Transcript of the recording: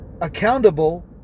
accountable